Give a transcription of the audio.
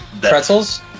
Pretzels